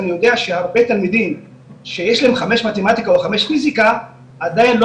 אני יודע שהרבה תלמידים שיש להם 5 מתמטיקה או 5 פיסיקה עדיין לא